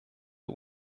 der